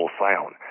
sound